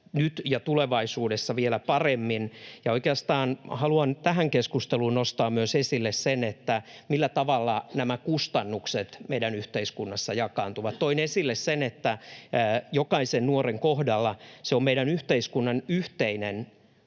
nyt ja tulevaisuudessa vielä paremmin. Oikeastaan haluan tähän keskusteluun nostaa esille myös sen, millä tavalla nämä kustannukset meidän yhteiskunnassa jakaantuvat. Toin esille sen, että jokaisen nuoren kohdalla se on meidän yhteiskunnan yhteinen